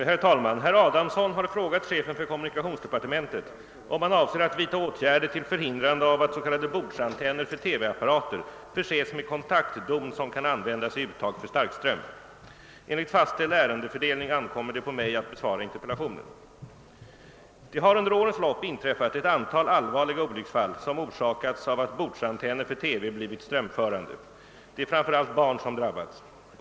Herr talman! Herr Adamsson har frågat chefen för kommunikationsdepartementet om han avser att vidtaga åtgärder till förhindrande av att s.k. bordsantenner för TV-apparater förses med kontaktdon som kan användas i uttag för starkström. Enligt fastställd ärendefördelning ankommer det på mig att besvara interpellationen. Det har under årens lopp inträffat ett antal allvarliga olycksfall, som orsakats av att bordsantenner för TV blivit strömförande. Det är framför allt barn som drabbats.